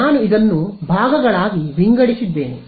ನಾನು ಇದನ್ನು ಭಾಗಗಳಾಗಿ ವಿಂಗಡಿಸಿದ್ದೇನೆ